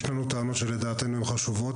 יש לנו טענות שלדעתנו הן חשובות,